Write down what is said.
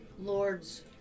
lords